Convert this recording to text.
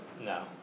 No